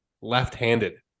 left-handed